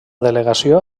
delegació